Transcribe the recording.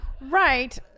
Right